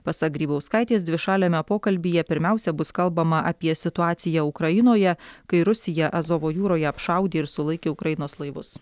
pasak grybauskaitės dvišaliame pokalbyje pirmiausia bus kalbama apie situaciją ukrainoje kai rusija azovo jūroje apšaudė ir sulaikė ukrainos laivus